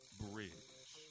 bridge